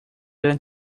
and